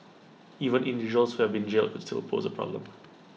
even individuals who have been jailed could still pose A problem